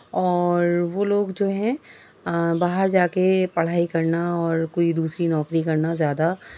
اور وہ لوگ جو ہیں باہر جا کے پرھائی کرنا اور کوئی دوسری نوکری کرنا زیادہ